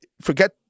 forget